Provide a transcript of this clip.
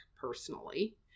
personally